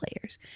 players